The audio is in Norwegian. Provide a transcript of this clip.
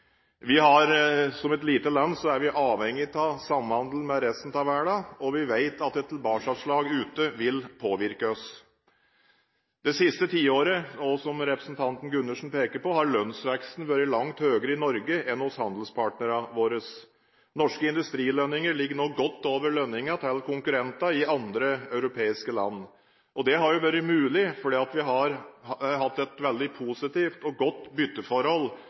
Som et lite land er vi avhengige av samhandel med resten av verden, og vi vet at et tilbakeslag ute vil påvirke oss. Det siste tiåret har, som representanten Gundersen peker på, lønnsveksten vært langt større i Norge enn hos handelspartnerne våre. Norske industrilønninger ligger nå godt over lønningene til konkurrentene i andre europeiske land. Det har vært mulig fordi vi har hatt et veldig positivt og godt bytteforhold